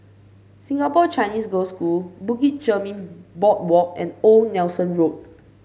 Singapore Chinese Girls' School Bukit Chermin Boardwalk and Old Nelson Road